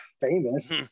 famous